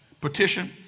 petition